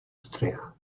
střech